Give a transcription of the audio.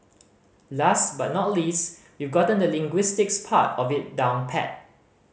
last but not least you've gotten the linguistics part of it down pat